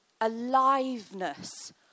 aliveness